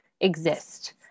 exist